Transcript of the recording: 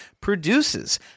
produces